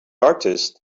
artist